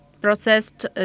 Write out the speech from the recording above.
processed